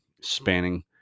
spanning